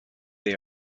they